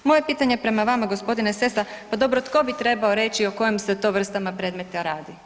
Moje pitanje prema vama g. Sessa, pa dobro tko bi trebao reći o kojim se to vrstama predmeta radi?